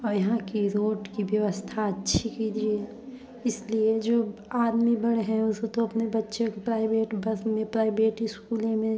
और यहाँ की रोड की भी व्यवस्था अच्छी कीजिए इसलिए जो आदमी बड़े हैं उसको तो अपने बच्चे को प्राइवेट बस में प्राइबेट इस्कूले में